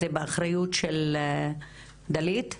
זה באחריות של גלית?